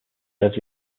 serves